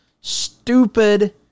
stupid